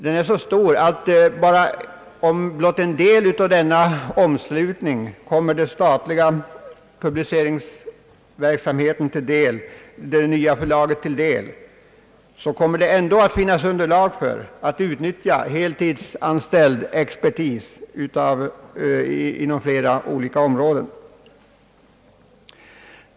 Den är alltså så stor, att om blott en del av den aktuella verksamheten kommer på det nya statliga förlagets lott finns det ändå underlag för att effektivt utnyttja heltidsanställd expertis på flera olika områden.